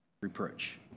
reproach